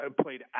Played